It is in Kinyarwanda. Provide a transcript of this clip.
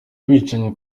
abicanyi